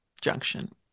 junction